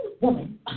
woman